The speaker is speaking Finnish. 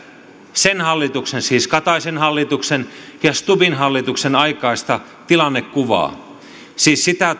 sen hallituksen siis kataisen hallituksen ja stubbin hallituksen aikaista tilannekuvaa siis sitä